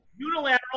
Unilateral